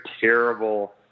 terrible